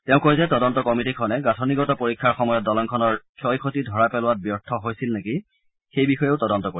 তেওঁ কয় যে তদন্ত কমিটীখনে গাঁঠনিগত পৰীক্ষাৰ সময়ত দলংখনৰ ক্ষয় ক্ষতি ধৰা পেলোৱাত ব্যৰ্থ হৈছিল নেকি সেই বিষয়েও তদন্ত কৰিব